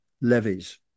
levies